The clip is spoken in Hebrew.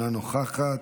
אינה נוכחת,